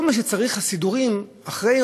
כל מה שצריך,